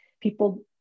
people